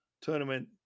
tournament